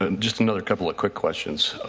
and just another couple of quick questions.